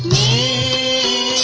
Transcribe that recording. e